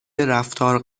رفتار